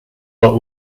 but